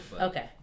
Okay